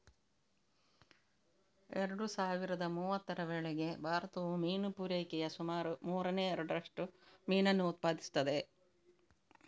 ಎರಡು ಸಾವಿರದ ಮೂವತ್ತರ ವೇಳೆಗೆ ಭಾರತವು ಮೀನು ಪೂರೈಕೆಯ ಸುಮಾರು ಮೂರನೇ ಎರಡರಷ್ಟು ಮೀನನ್ನು ಉತ್ಪಾದಿಸುತ್ತದೆ